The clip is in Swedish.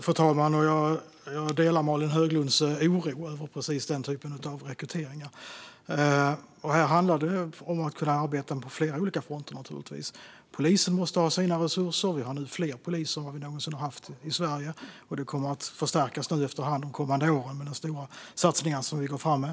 Fru talman! Jag delar Malin Höglunds oro över denna typ av rekrytering. Här handlar det naturligtvis om att arbeta på flera olika fronter. Polisen måste ha sina resurser - vi har nu fler poliser än vad vi någonsin har haft i Sverige, och detta kommer att förstärkas efter hand under de kommande åren med de stora satsningar som vi går fram med.